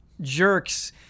jerks